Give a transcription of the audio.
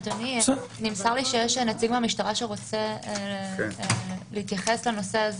אדוני, יש נציב המשטרה שרוצה להתייחס לנושא.